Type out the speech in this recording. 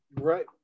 right